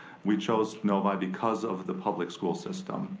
we chose novi because of the public school system.